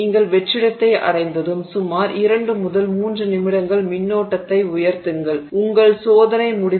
நீங்கள் வெற்றிடத்தை அடைந்ததும் சுமார் 2 முதல் 3 நிமிடங்களில் மின்னோட்டத்தை உயர்த்துங்கள் உங்கள் சோதனை முடிந்தது